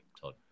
Todd